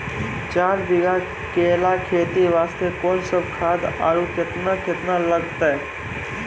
चार बीघा केला खेती वास्ते कोंन सब खाद आरु केतना केतना लगतै?